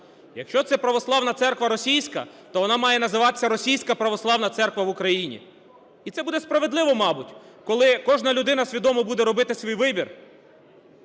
Якщо це православна церква російська, то вона має називатися "Російська православна церква в Україні". І це буде справедливо, мабуть, коли кожна людина свідомо буде робити свій вибір,